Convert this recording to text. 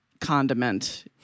condiment